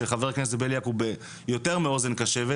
שחבר הכנסת בליאק הוא יותר מאוזן קשבת.